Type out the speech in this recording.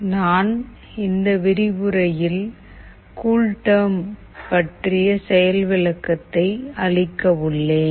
நான் இந்த விரிவுரையில் கூல்டெர்ம் பற்றிய செயல் விளக்கத்தை அளிக்க உள்ளேன்